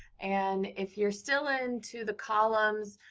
and if you're still into the columns,